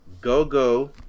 Gogo